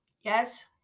Yes